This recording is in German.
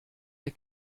der